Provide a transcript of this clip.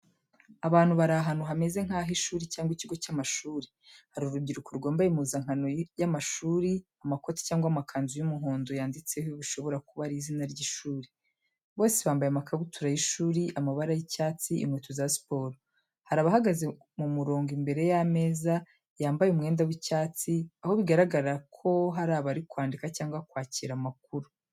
Abantu bari ahantu hameze nk’ah’ishuri cyangwa ikigo cy’amashuri. Hari urubyiruko rwambaye impuzankano y’amashuri, amakoti cyangwa amakanzu y’umuhondo yanditseho bishobora kuba ari izina ry’ishuri. Bose bambaye amakabutura y’ishuri amabara y’icyatsi, inkweto za siporo. Hari abahagaze mu murongo imbere y’ameza yambaye umwenda w’icyatsi, aho bigaragara ko hari abari kwandika cyangwa kwakira amakuru.